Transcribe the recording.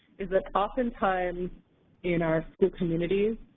is that oftentimes in our school communities,